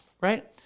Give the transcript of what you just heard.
right